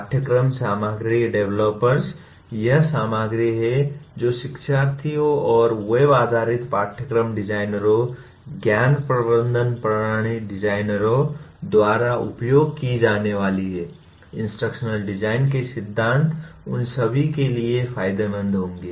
पाठ्यक्रम सामग्री डेवलपर्स वह सामग्री है जो शिक्षार्थियों और वेब आधारित पाठ्यक्रम डिजाइनरों ज्ञान प्रबंधन प्रणाली डिजाइनरों द्वारा उपयोग की जाने वाली है इंस्ट्रक्शनल डिजाइन के ये सिद्धांत उन सभी के लिए फायदेमंद होंगे